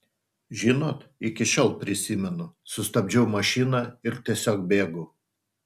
žinot iki šiol prisimenu sustabdžiau mašiną ir tiesiog bėgau